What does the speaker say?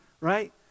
right